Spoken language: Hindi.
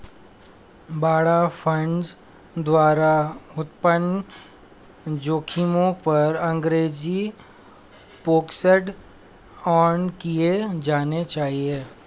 बाड़ा फंड्स द्वारा उत्पन्न जोखिमों पर अंग्रेजी फोकस्ड ऑडिट किए जाने चाहिए